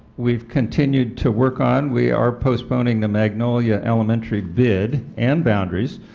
we have continued to work on, we are postponing the magnolia elementary bid and boundaries